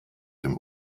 dem